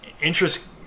interest